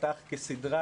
תיפתח כסדרה,